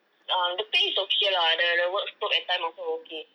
um the pay is okay lah the the work scope and time also okay